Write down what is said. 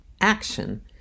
action